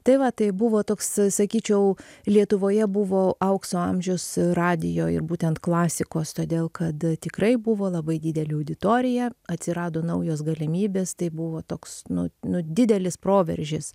tai va tai buvo toks sakyčiau lietuvoje buvo aukso amžius radijo ir būtent klasikos todėl kad tikrai buvo labai didelė auditorija atsirado naujos galimybės tai buvo toks nu nu didelis proveržis